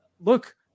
Look